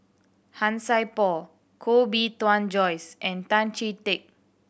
Han Sai Por Koh Bee Tuan Joyce and Tan Chee Teck